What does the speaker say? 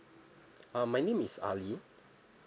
uh my name is ali